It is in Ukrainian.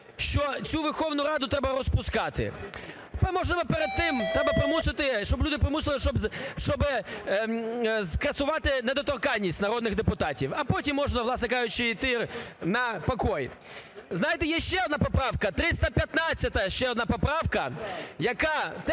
що цю Верховну Раду треба розпускати. Ми можемо перед тим, треба примусити, щоб люди примусили, щоб скасувати недоторканність народних депутатів, а потім можна, власне кажучи, йти на покой. Знаєте, є ще одна поправка 315, ще одна поправка, яка